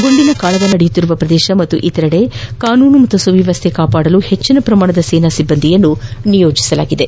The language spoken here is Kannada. ಗುಂಡಿನ ಕಾಳಗ ನಡೆಯುತ್ತಿರುವ ಪ್ರದೇಶ ಹಾಗೂ ಇತರೆಡೆ ಕಾನೂನು ಹಾಗೂ ಸುವ್ಯವಸ್ಥೆ ಕಾಪಾಡಲು ಹೆಚ್ಚಿನ ಪ್ರಮಾಣದ ಸೇನಾ ಸಿಬ್ಬಂದಿಯನ್ನು ನಿಯೋಜಿಸಲಾಗಿದೆ